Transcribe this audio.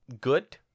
good